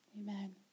amen